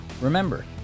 Remember